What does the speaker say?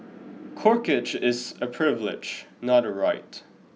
corkage is a privilege not a right